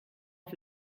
auf